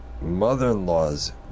mother-in-law's